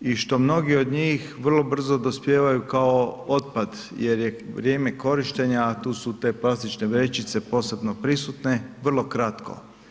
i što mnogi od njih vrlo brzo dospijevaju kao otpad jer je vrijeme korištenja, a tu su te plastične vrećice posebno prisutne, vrlo kratko.